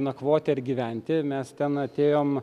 nakvoti ar gyventi mes ten atėjom